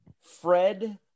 Fred